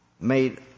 made